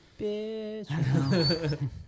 Bitch